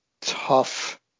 tough